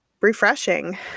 refreshing